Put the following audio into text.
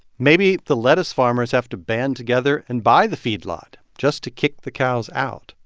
maybe the lettuce farmers have to band together and buy the feedlot just to kick the cows out,